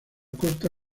costa